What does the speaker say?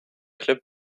club